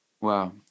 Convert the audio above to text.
Wow